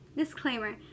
disclaimer